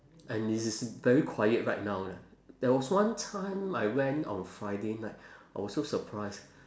and it is very quiet right now leh there was one time I went on friday night I was so surprised